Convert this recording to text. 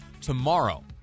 tomorrow